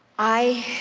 i